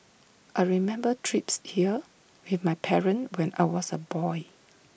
I remember trips here with my parents when I was A boy